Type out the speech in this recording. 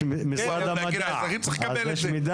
הוא צריך לקבל אותו.